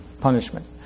punishment